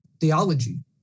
theology